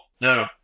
No